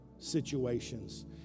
situations